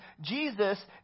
Jesus